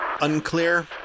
Unclear